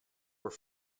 were